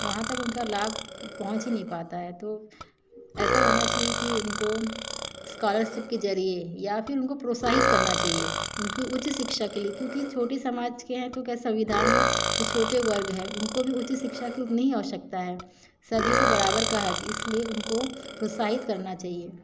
वहाँ तक उनका लाभ पहुँच ही नहीं पाता है तो ऐसा होना चाहिए कि उनको एस्कॉलरसिप के जरिए या फिर उनको प्रोत्साहित करना चाहिए उनके उच्च शिक्षा के लेके क्योंकि छोटे समाज के है तो क्या संविधान में छोटे वर्ग है उनको भी उचित शिक्षा की उतनी ही आवश्यकता है सभी को बराबर का हक इसलिए उनको प्रोत्साहित करना चाहिए